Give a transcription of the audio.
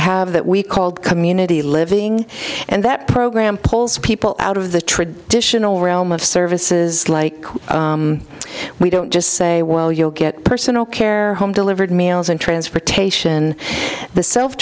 have that we called community living and that program pulls people out of the traditional realm of services like we don't just say well you'll get personal care home delivered meals and transportation the self